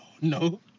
no